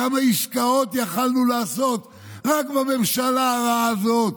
כמה עסקאות יכולנו לעשות רק בממשלה הרעה הזאת